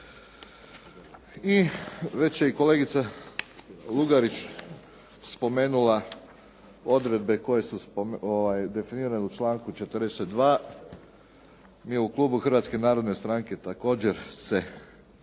I već je i kolegica Lugarić spomenula odredbe koje su definirane u članku 42. Mi u klubu Hrvatske narodne stranke također se